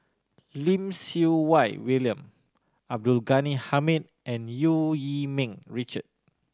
Lim Siew Wai William Abdul Ghani Hamid and Eu Yee Ming Richard